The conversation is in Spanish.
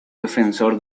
defensor